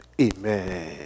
amen